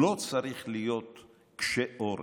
לא צריך להיות קשה עורף.